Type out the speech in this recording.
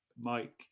Mike